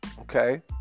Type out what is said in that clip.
okay